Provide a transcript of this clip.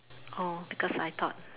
oh because I thought